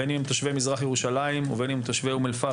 בין אם הם תושבי מזרח ירושלים ובין אם תושבי אום אל-פאחם,